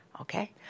Okay